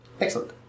Excellent